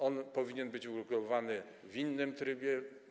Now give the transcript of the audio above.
On powinien być uregulowany w innym trybie.